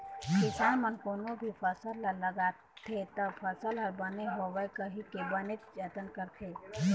किसान मन कोनो भी फसल ह लगाथे त फसल ह बने होवय कहिके बनेच जतन करथे